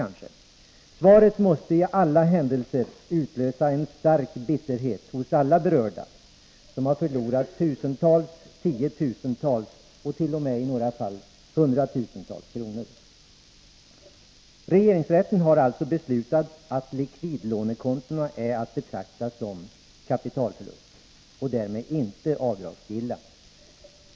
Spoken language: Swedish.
å Måndagen den Svaret måste i alla händelser utlösa en stark bitterhet hos alla berörda som 7 november 1983 förlorat tusentals, tiotusentals och i några fall t.o.m. hundratusentals SA led Z Om vissa Regeringsrätten har alltså beslutat att likvidlånekontona är att betrakta skattelindringar för som en kapitalförlust som därmed inte är avdragsgilla.